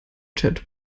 chat